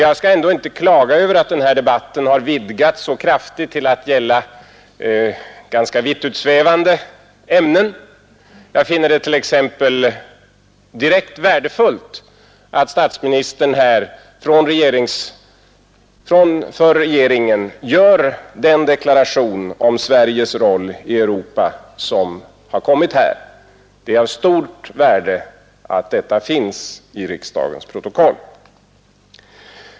Jag skall inte klaga över att den här debatten vidgats så kraftigt till att gälla ganska vittutsvävande ämnen. Jag finner det t.ex. direkt värdefullt att statsministern här för regeringens del gör den deklaration om Sveriges roll i Europa som kommit fram här. Det är av stort värde att detta finns i riksdagens protokoll.